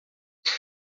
para